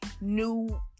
new